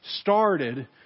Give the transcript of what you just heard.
started